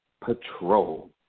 patrol